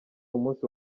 umunsi